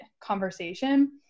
conversation